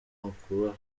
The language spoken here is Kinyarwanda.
ukubaha